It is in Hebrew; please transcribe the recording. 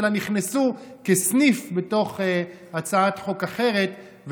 אלא נכנסו כסעיף בתוך הצעת חוק אחרת,